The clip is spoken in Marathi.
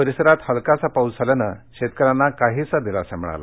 परिसरात इलकासा पाऊस झाल्यामुळे शेतकऱ्यांना काहीसा दिलासा मिळाला